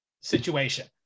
situation